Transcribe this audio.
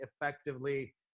effectively